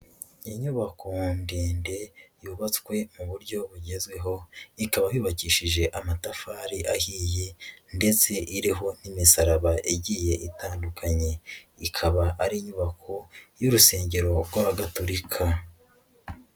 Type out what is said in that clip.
Inyubako ndende yubatswe mu buryo bugezweho, ikaba yubakishije amatafari ahiye ndetse iriho n'imisaraba igiye itandukanye, ikaba ari inyubako y'urusengero rw'Abagatolika.